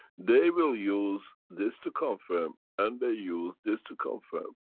they will use, this to confirm and they use this to confirm,